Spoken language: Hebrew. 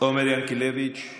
עומר ינקלביץ'